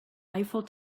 eiffel